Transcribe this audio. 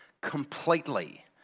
completely